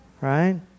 right